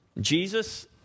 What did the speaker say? Jesus